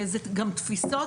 זה גם תפיסות,